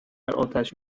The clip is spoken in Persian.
اتش